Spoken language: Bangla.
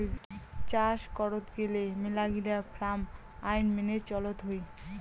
চাস করত গেলে মেলাগিলা ফার্ম আইন মেনে চলত হই